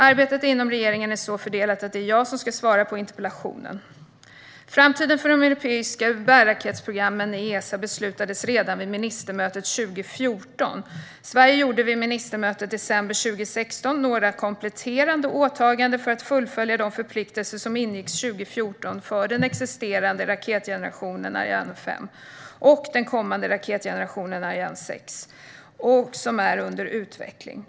Arbetet inom regeringen är så fördelat att det är jag som ska svara på interpellationen. Framtiden för de europeiska bärraketsprogrammen i Esa beslutades redan vid ministermötet 2014. Sverige gjorde vid ministermötet i december 2016 några kompletterande åtaganden för att fullfölja de förpliktelser som ingicks 2014 för den existerande raketgenerationen Ariane 5 och den kommande raketgenerationen Ariane 6, som är under utveckling.